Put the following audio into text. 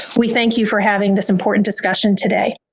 we thank you for having this important discussion today.